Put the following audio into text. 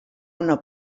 una